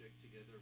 together